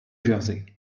jersey